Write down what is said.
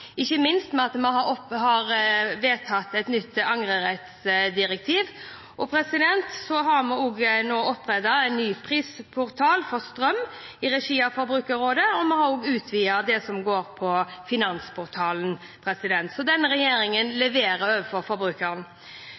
ikke minst – ved at vi har vedtatt et nytt angrerettsdirektiv. Vi har også opprettet en ny prisportal for strøm i regi av Forbrukerrådet, og vi har utvidet Finansportalen, så denne regjeringen leverer overfor forbrukerne. Først og